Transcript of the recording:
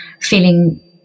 feeling